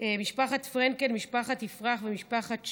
משפחת פרנקל, משפחת יפרח ומשפחת שער.